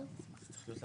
תקריאי את מה שניסחתם.